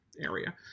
area